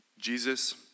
Jesus